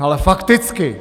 Ale fakticky.